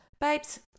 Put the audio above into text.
babes